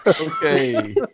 Okay